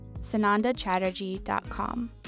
sanandachatterjee.com